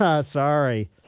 sorry